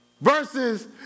Versus